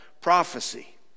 prophecy